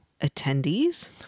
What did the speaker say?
attendees